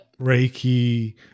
Reiki